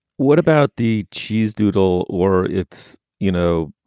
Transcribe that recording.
what about the cheez doodle or its, you know,